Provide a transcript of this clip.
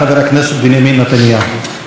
חבר הכנסת בנימין נתניהו.